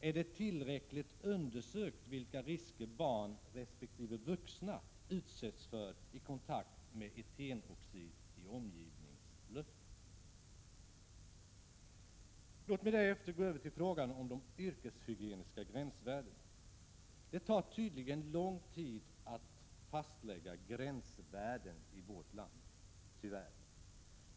Är det tillräckligt undersökt vilka risker barn resp. vuxna utsätts för när de kommer i kontakt med den etenoxid som finns i omgivningsluften? Därefter övergår jag till frågan om de yrkeshygieniska gränsvärdena. Det tar tydligen lång tid att fastställa gränsvärden i vårt land — tyvärr!